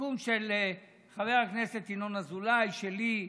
סיכום של חבר הכנסת ינון אזולאי, שלי,